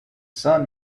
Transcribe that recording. sun